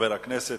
חבר הכנסת